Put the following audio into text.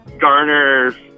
Garner